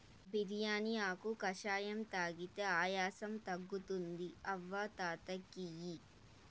బిర్యానీ ఆకు కషాయం తాగితే ఆయాసం తగ్గుతుంది అవ్వ తాత కియి